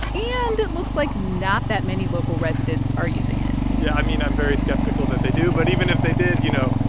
and it looks like not that many local residents are using it yeah. i mean, i'm very skeptical that they do, but even if they did, you know,